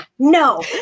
No